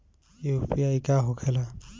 UPI का होखेला?